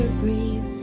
breathe